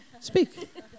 speak